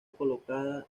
colocada